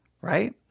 Right